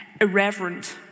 irreverent